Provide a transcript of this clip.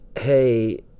hey